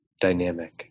dynamic